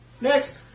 Next